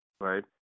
Right